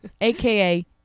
AKA